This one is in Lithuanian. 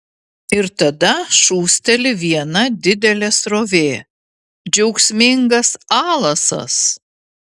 ir tada šūsteli viena didelė srovė džiaugsmingas alasas